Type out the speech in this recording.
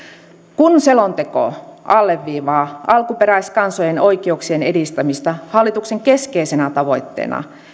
kun selonteko alleviivaa alkuperäiskansojen oikeuksien edistämistä hallituksen keskeisenä tavoitteena